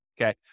okay